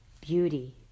beauty